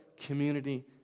community